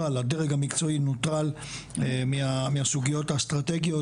הדרג המקצועי נוטרל מהסוגיות האסטרטגיות